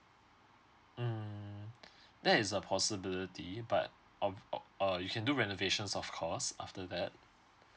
mm that's a possibility but um op~ uh you can do renovations of course after that